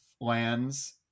lands